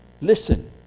Listen